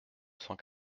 cent